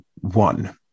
one